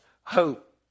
hope